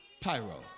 pyro